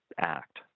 act